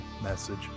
message